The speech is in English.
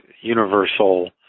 universal